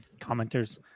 commenters